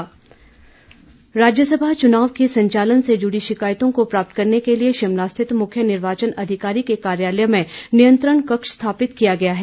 नियंत्रण कक्ष राज्यसभा चुनाव के संचालन से जुड़ी शिकायतों को प्राप्त करने के लिए शिमला स्थित मुख्य निर्वाचन अधिकारी के कार्यालय में नियंत्रण कक्ष स्थापित किया गया है